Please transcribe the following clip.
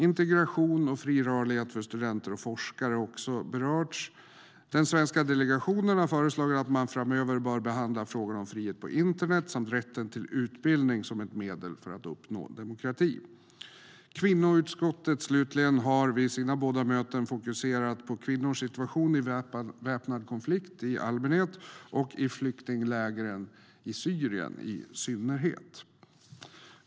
Integration och fri rörlighet för studenter och forskare har också berörts. Den svenska delegationen har föreslagit att man framöver bör behandla frågan om frihet på internet samt rätten till utbildning som ett medel för att uppnå demokrati. Kvinnoutskottet slutligen har vid sina båda möten fokuserat på kvinnors situation i väpnad konflikt i allmänhet och i flyktinglägren i Syrien i synnerhet.